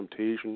Temptation